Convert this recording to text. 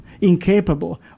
incapable